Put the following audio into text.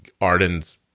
Arden's